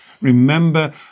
Remember